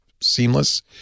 seamless